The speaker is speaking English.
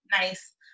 nice